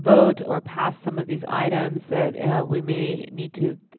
vote or pass some of these items that we may need to